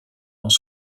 dans